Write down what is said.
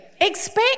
Expect